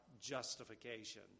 justification